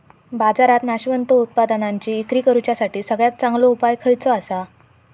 बाजारात नाशवंत उत्पादनांची इक्री करुच्यासाठी सगळ्यात चांगलो उपाय खयचो आसा?